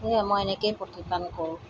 সেয়ে মই এনেকেই প্ৰতিপালন কৰোঁ